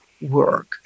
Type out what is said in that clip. work